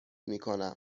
میکنم